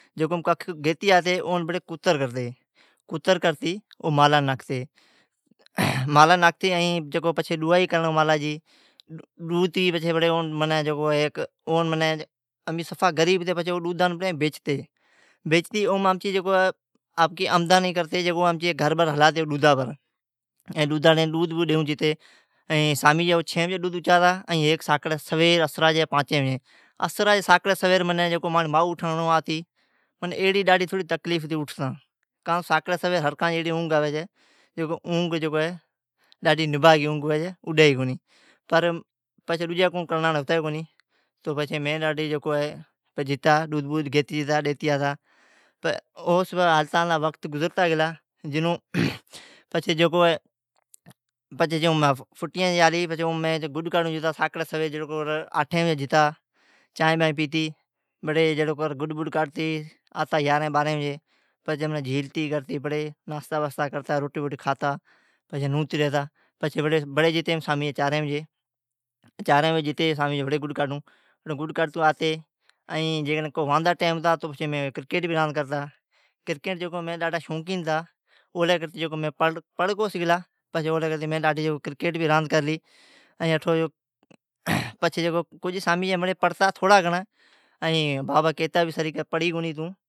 جکو کھکیڈوہتی پچھے ہڑے او منیں جکو اے او جکو منیں صفا غریب تھے ڈودہاں نیں بیچتی پچھے آپری آمدنی کرتی گھر بر ہلاتی ڈودہاں ماں ڈودہ بوڈہ ڈینڑوا۔ ہیک ساکڑے سویرے پانجیں وجے۔ اسراں ماں ساکڑے سویرے جیکا مائو اوٹھاڑتی تو ڈاڈہی تکلیف تھیں اوٹھتا ساکڑی سویرے اہڑی اونگھ آوی جائے جکا اونگھ جکو اے ڈاڈہی نبھاگی اونگھ ہوئیجے اوڈے ئی کونہیں پر ڈوجا کوئی ہوتا نہیں پچھے جکا ڈوڈہ ڈیتی ھئی تو او وقت گزرتا گیلا جنوں پچھے جکو اے فوٹیاں ہالی ساکڑے سویرے چانہں پیتی جہڑو گڈ بڈ کاڈتی آتا ائین پچھی جھیلتی نوتی ریتا ائین بڑی سامین جی گڈ بڈ کاڈھون جتا۔ ائین واندھا ٹیم ھتا تو مین بڑی کرکیٹ بھی رمون جتا، مین ڈاڈھا شوقین ھتا او لی کرتی مین پڑھ کو سگھلا۔ ائین مین جکو کرکیٹ بھی راند کرلی، پڑتا تھوڑا گھڑان، ائین بابا کیتا بھی سئی تون پڑھی کونی چھی۔